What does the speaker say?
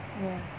ya